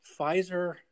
Pfizer